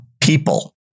people